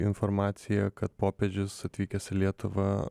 informaciją kad popiežius atvykęs į lietuvą